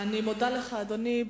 אני מודה לך, אדוני.